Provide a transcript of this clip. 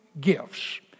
gifts